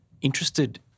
interested